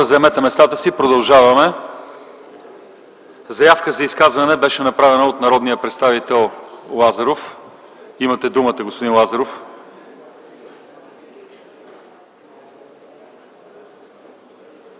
заемете местата си – продължаваме. Заявка за изказване беше направена от народния представител Димитър Лазаров. Имате думата, господин Лазаров.